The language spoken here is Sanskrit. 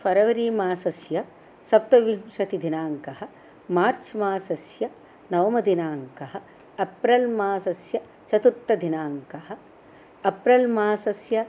फ़रवरीमासस्य सप्तविंशतिदिनाङ्कः मार्च् मासस्य नवमदिनाङ्कः अप्रिल् मासस्य चतुर्थदिनाङ्कः अप्रिल् मासस्य